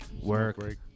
work